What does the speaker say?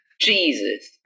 Jesus